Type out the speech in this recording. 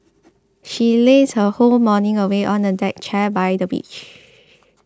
she lazed her whole morning away on a deck chair by the beach